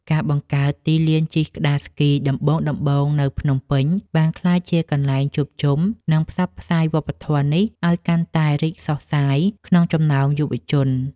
ការបង្កើតទីលានជិះក្ដារស្គីដំបូងៗនៅភ្នំពេញ បានក្លាយជាកន្លែងជួបជុំ និងផ្សព្វផ្សាយវប្បធម៌នេះឱ្យកាន់តែរីកសុះសាយក្នុងចំណោមយុវវ័យ។